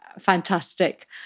fantastic